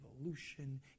evolution